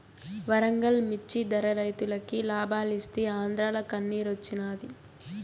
వరంగల్ మిచ్చి ధర రైతులకి లాబాలిస్తీ ఆంద్రాల కన్నిరోచ్చినాది